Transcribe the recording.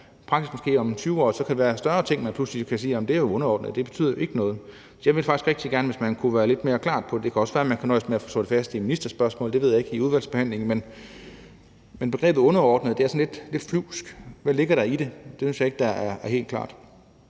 og måske om 20 år er det i praksis blevet til ting, man pludselig kan sige om, at de underordnede, og at det ikke betyder noget. Så jeg ville faktisk rigtig gerne, hvis man kunne være lidt mere klar på det. Det kan også være, at man kan nøjes med at få det fastslået i et ministerspørgsmål i udvalgsbehandlingen, det ved jeg ikke, men begrebet underordnet er sådan lidt flyvsk. Hvad ligger der i det? Det synes jeg ikke står helt klart.